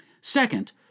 Second